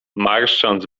marszcząc